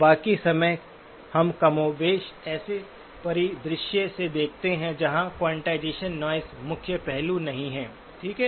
बाकी समय हम कमोबेश ऐसे परिदृश्य से देखते हैं जहाँ क्वांटाइजेशन नॉइज़ मुख्य पहलू नहीं है ठीक है